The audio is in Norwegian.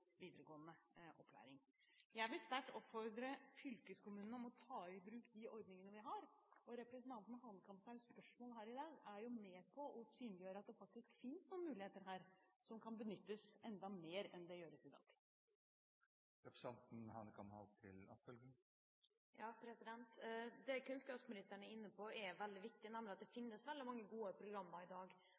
videregående opplæring Jeg vil sterkt oppfordre fylkeskommunene til å ta i bruk de ordningene vi har. Representanten Hanekamhaugs spørsmål her i dag er med på å synliggjøre at det faktisk finnes noen muligheter her som kan benyttes enda mer enn det som gjøres i dag. Det kunnskapsministeren er inne på, er veldig viktig, nemlig at det finnes veldig mange gode programmer i dag.